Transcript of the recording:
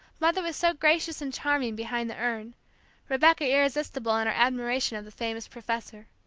mother was so gracious and charming, behind the urn rebecca irresistible in her admiration of the famous professor.